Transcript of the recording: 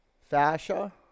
fascia